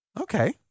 Okay